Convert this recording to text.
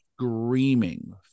Screaming